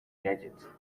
gadget